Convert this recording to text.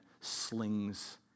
slings